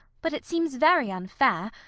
but it seems very unfair.